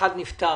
אחד נפטר,